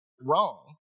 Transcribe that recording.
wrong